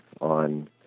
on